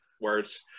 words